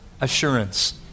assurance